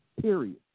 period